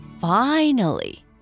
Finally